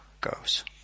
goes